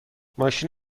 ماشین